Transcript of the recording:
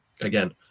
again